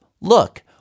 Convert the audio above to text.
look